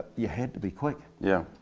you had to be quick. yep.